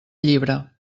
llibre